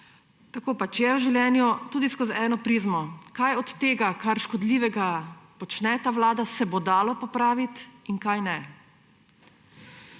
tako pač je v življenju, tudi skozi eno prizmo, kaj od tega, kar škodljivega počne ta vlada, se bo dalo popraviti in česa ne.